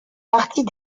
partie